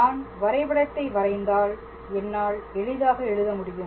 நான் வரைபடத்தை வரைந்தால் என்னால் எளிதாக எழுத முடியும்